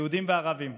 יהודים וערבים,